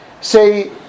say